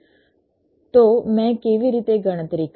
તો મેં કેવી રીતે ગણતરી કરી